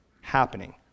happening